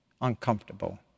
uncomfortable